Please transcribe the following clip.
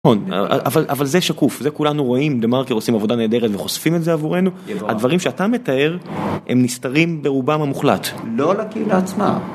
אבל זה שקוף, זה כולנו רואים, דה מרקר עושים עבודה נהדרת וחושפים את זה עבורנו הדברים שאתה מתאר הם נסתרים ברובם המוחלט לא על הקהילה עצמה